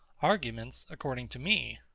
arguments, according to me.